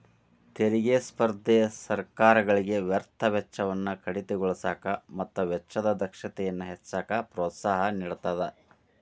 ತೆರಿಗೆ ಸ್ಪರ್ಧೆ ಸರ್ಕಾರಗಳಿಗೆ ವ್ಯರ್ಥ ವೆಚ್ಚವನ್ನ ಕಡಿತಗೊಳಿಸಕ ಮತ್ತ ವೆಚ್ಚದ ದಕ್ಷತೆಯನ್ನ ಹೆಚ್ಚಿಸಕ ಪ್ರೋತ್ಸಾಹ ನೇಡತದ